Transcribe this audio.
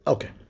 Okay